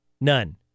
None